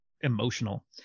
emotional